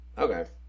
Okay